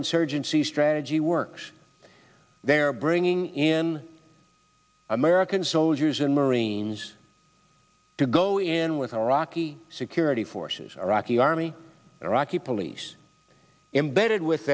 insurgency strategy works they're bringing in americans using marines to go in with iraqi security forces iraqi army iraqi police embedded with